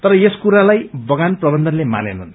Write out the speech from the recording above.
तर यस कुरालाई बगान प्रबन्धले मानेनन्